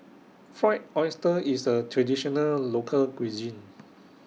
Fried Oyster IS A Traditional Local Cuisine